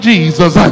Jesus